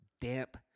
damp